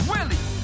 Willie